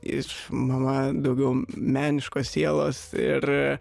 iš mama daugiau meniškos sielos ir